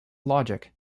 logic